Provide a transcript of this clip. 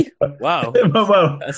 wow